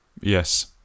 yes